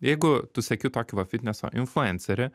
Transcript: jeigu tu sieki tokį va fitneso influencerį